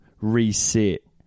reset